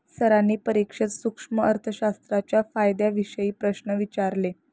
सरांनी परीक्षेत सूक्ष्म अर्थशास्त्राच्या फायद्यांविषयी प्रश्न विचारले